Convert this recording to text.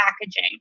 packaging